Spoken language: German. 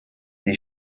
die